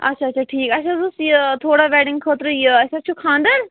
اچھا اچھا ٹھیٖک اَسہِ حظ اوس یہِ تھوڑا وٮ۪ڈِنٛگ خٲطرٕ یہِ اَسہِ حظ چھُ خانٛدَر